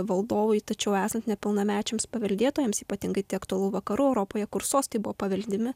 valdovui tačiau esant nepilnamečiams paveldėtojams ypatingai tai aktualu vakarų europoje kur sostai buvo paveldimi